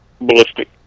ballistic